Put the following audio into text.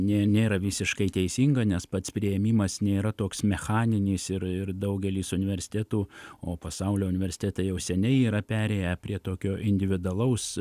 nė nėra visiškai teisinga nes pats priėmimas nėra toks mechaninis ir ir daugelis universitetų o pasaulio universitetai jau seniai yra perėję prie tokio individualaus